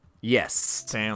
Yes